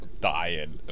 dying